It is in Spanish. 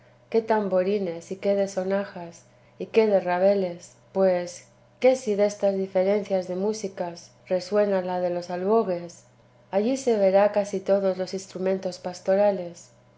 qué tamborines y qué de sonajas y qué de rabeles pues qué si destas diferencias de músicas resuena la de los albogues allí se verá casi todos los instrumentos pastorales